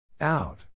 Out